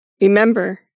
Remember